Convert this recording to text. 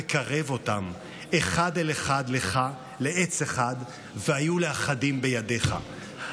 וקרב אֹתם אחד אל אחד לךָ לעץ אחד והיו לאחדים בידיך".